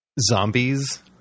zombies